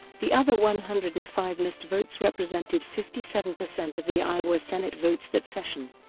the other one hundred and five missed votes represented fifty seven percent of the iowa senate votes that session.